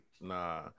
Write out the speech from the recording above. Nah